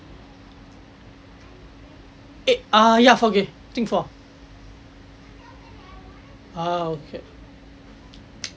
eh ah ya four K I think four